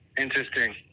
Interesting